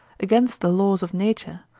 against the laws of nature,